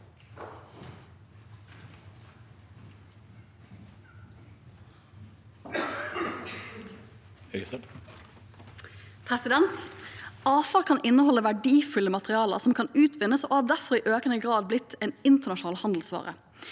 Avfall kan inneholde verdifulle materialer som kan utvinnes, og har derfor i økende grad blitt en internasjonal handelsvare.